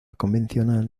convencional